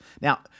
Now